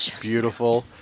beautiful